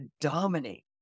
dominate